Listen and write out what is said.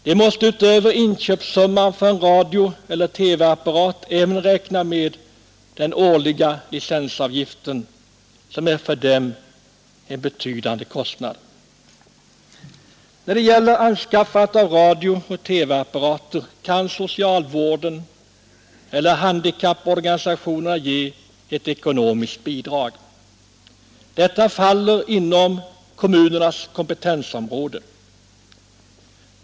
De måste utöver inköpssumman för en radioeller TV-apparat även räkna med den årliga licensavgiften, som för dem utgör en betydande kostnad. När det gäller anskaffandet av radiooch TV-apparater kan socialvården eller handikapporganisationerna ge ett ekonomiskt bidrag. Detta faller inom kommunernas kompetensområde.